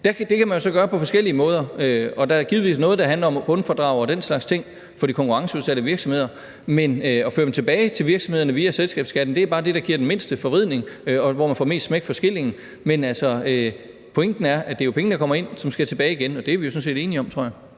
Det kan man jo så gøre på forskellige måder, og der er givetvis noget, der handler om bundfradrag og den slags ting for de konkurrenceudsatte virksomheder, men at føre dem tilbage til virksomhederne via selskabsskatten er bare det, der giver den mindste forvridning, og hvor man får mest smæk for skillingen. Men pointen er, at det jo er penge, der kommer ind, som skal tilbage igen, og det er vi jo sådan set enige om, tror jeg.